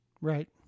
Right